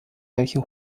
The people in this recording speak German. welche